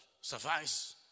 suffice